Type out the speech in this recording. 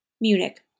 Munich